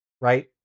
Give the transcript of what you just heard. right